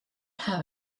how